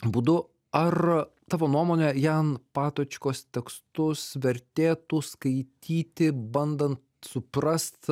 būdu ar tavo nuomone jan patočkos tekstus vertėtų skaityti bandant suprast